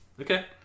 Okay